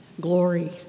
glory